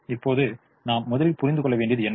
இப்போது நாம் முதலில் புரிந்துகொள்ள் வேண்டியது என்ன